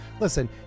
Listen